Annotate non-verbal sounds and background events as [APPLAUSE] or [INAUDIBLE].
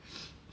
[NOISE]